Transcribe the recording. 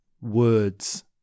words